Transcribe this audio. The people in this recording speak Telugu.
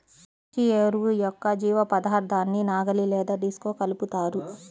పచ్చి ఎరువు యొక్క జీవపదార్థాన్ని నాగలి లేదా డిస్క్తో కలుపుతారు